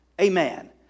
Amen